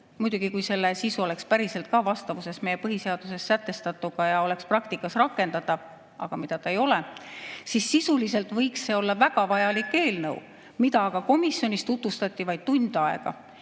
Muidugi, kui selle sisu oleks päriselt ka vastavuses meie põhiseaduses sätestatuga ja oleks praktikas rakendatav – seda see aga ei ole –, siis sisuliselt võiks see olla väga vajalik eelnõu. Aga komisjonis tutvustati seda vaid tund aega